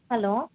hello